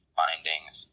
findings